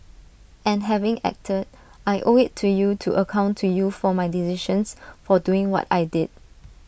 and having acted I owe IT to you to account to you for my decisions for doing what I did